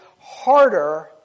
harder